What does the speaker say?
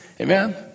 Amen